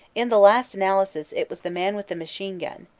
in the last analysis it was the man with the machine-gun,